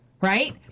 Right